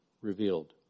revealed